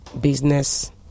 business